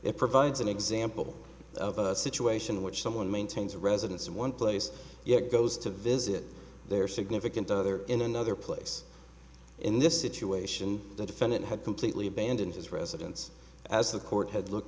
it provides an example of a situation in which someone maintains a residence in one place yet goes to visit their significant other in another place in this situation the defendant had completely abandoned his residence as the court had look